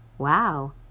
Wow